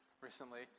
recently